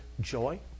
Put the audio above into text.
joy